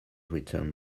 written